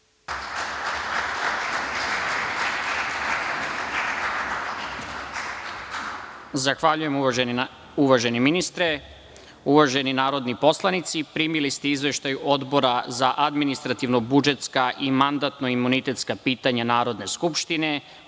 Zahvaljujem, uvaženi ministre. Uvaženi narodni poslanici, primili ste Izveštaj Odbora za administrativno-budžetska i mandatno-imunitetska pitanja Narodne skupštine,